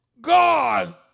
God